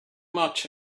much